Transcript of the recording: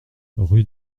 rue